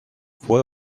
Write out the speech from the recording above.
fue